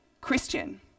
Christian